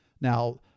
Now